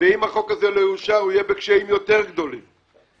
ואם החוק הזה לא יאושר אנחנו נהיה בקשיים גדולים יותר.